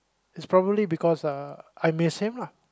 it's probably because uh I miss him lah